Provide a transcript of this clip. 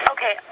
Okay